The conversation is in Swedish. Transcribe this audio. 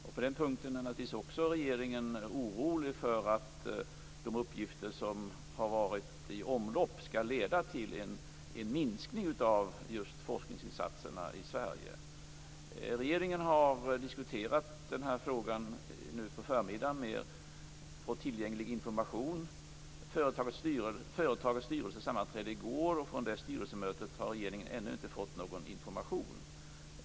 Också regeringen är naturligtvis orolig med anledning av de uppgifter som har varit i omlopp om en minskning av forskningsinsatserna i Sverige. Regeringen har diskuterat den här frågan nu på förmiddagen på grundval av tillgänglig information. Företagets styrelse sammanträdde i går, och från det styrelsemötet har regeringen ännu inte fått någon information.